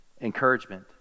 encouragement